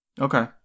okay